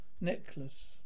necklace